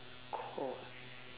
caught